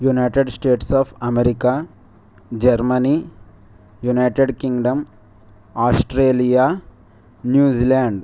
United States of America Germany United Kingdom Australia New Zealand